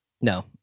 No